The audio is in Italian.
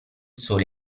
sole